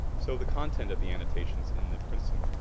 so the content of the annotations in the princeton